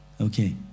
Okay